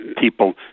people